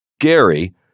Gary